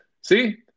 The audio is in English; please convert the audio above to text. See